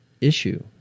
issue